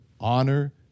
honor